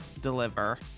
deliver